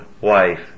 wife